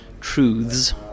truths